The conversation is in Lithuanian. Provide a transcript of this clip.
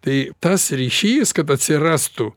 tai tas ryšys kad atsirastų